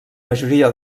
majoria